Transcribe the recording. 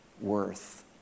worth